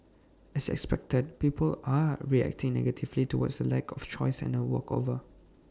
as expected people are reacting negatively towards the lack of choice and A walkover